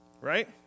Right